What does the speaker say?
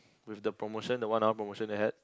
with the promotion the one hour promotion they had